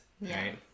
Right